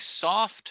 soft